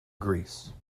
greece